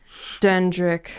Dendrick